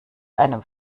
einem